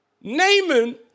Naaman